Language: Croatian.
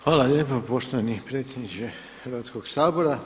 Hvala lijepo poštovani predsjedniče Hrvatskoga sabora.